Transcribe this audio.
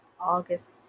August